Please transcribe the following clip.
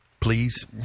please